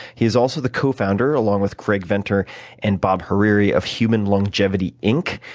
he is also the co-founder along with craig venter and bob hariri of human longevity inc,